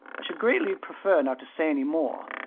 i should greatly prefer not to say any more,